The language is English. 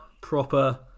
proper